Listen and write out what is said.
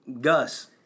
Gus